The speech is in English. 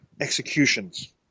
executions